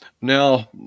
Now